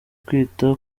kwita